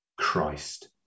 Christ